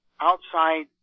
outside